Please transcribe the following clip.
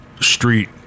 street